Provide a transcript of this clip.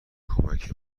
کمک